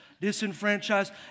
disenfranchised